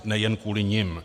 Nejen kvůli nim.